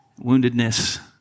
woundedness